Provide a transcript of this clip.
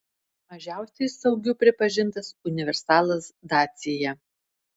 mažiausiai saugiu pripažintas universalas dacia